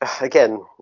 again